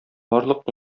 барлык